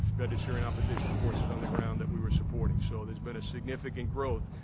vetted syrian opposition forces on the ground that we were supporting. so, there's been a significant growth.